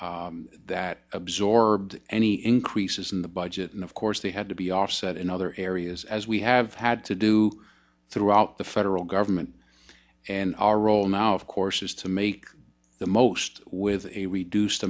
that absorbed any increases in the budget and of course they had to be offset in other areas as we have had to do throughout the federal government and our role now of course is to make the most with a reduced